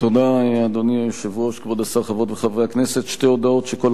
אדוני היושב-ראש, תודה, כבוד